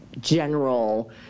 general